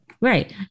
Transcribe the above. Right